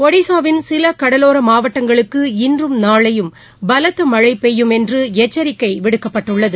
ஜ்டீஸாவின் சில கடலோர மாவட்டங்களுக்கு இன்றும் நாளையும் பலத்த மழை பெய்யக்கூடும் என்று எச்சரிக்கை விடுக்கப்பட்டுள்ளது